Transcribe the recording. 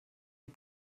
die